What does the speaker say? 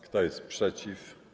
Kto jest przeciw?